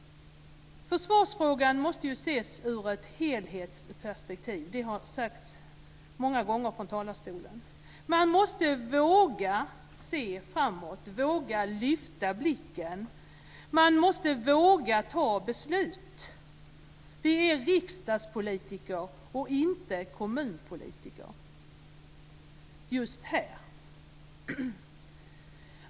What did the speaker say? Försvarsfrågan måste ses i ett helhetsperspektiv, vilket sagts många gånger här från talarstolen. Man måste våga se framåt, våga lyfta blicken. Man måste våga ta beslut. Vi är riksdagspolitiker, inte kommunpolitiker, just här.